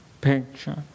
picture